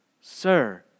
Sir